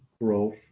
growth